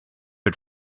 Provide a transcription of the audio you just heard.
are